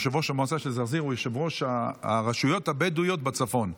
יושב-ראש המועצה של זרזיר הוא יושב-ראש הרשויות הבדואיות בצפון.